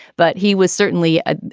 but he was certainly a.